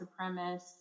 supremacist